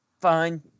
Fine